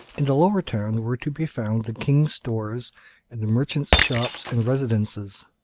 in the lower town were to be found the king's stores and the merchants' shops and residences.